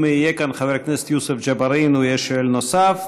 אם יהיה כאן חבר הכנסת יוסף ג'בארין הוא יהיה שואל נוסף.